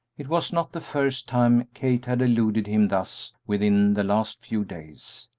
it was not the first time kate had eluded him thus within the last few days.